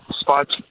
spot